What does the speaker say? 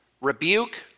rebuke